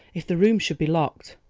if the room should be locked!